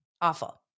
Awful